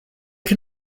can